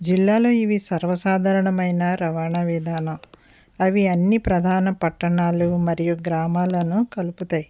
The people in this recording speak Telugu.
జిల్లాలో ఇవి సర్వసాధారణమైన రవాణా విదానం అవి అన్ని ప్రధాన పట్టణాలు మరియు గ్రామాలను కలుపుతాయి